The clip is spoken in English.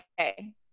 Okay